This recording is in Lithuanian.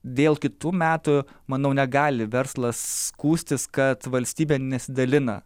dėl kitų metų manau negali verslas skųstis kad valstybė nesidalina